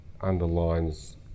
underlines